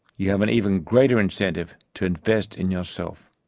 you have an even greater incentive to invest in yourself.